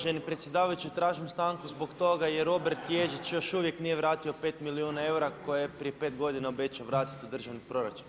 Uvaženi predsjedavajući, tražim stanku zbog toga jer obrt Ježić još uvijek nije vratio 5 milijuna eura koje je prije 5 godina obećao vratiti u državni proračun.